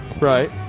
Right